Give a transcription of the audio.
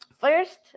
First